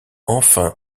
enfin